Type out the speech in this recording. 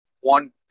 one